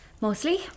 Mostly